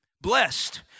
Blessed